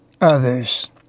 others